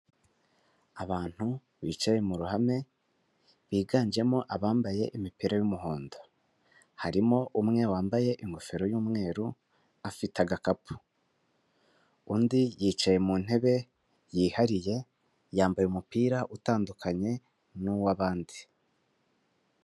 Abantu bicaye mu ruhame biganjemo abambaye imipira y'umuhondo. Harimo umwe wambaye ingofero y'umweru afite agakapu, undi yicaye mu ntebe yihariye yambaye umupira utandukanye nuw'abandi.